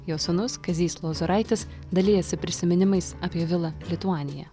jo sūnus kazys lozoraitis dalijasi prisiminimais apie vila lituanija